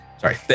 Sorry